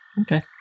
okay